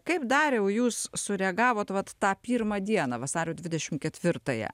kaip dariau jūs sureagavot vat tą pirmą dieną vasario dvidešim ketvirtąją